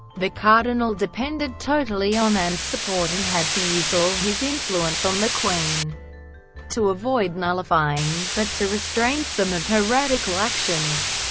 the cardinal depended totally on anne's support and had to use all his influence on the queen to avoid nullifying, but to restrain some of her radical actions.